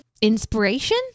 Inspiration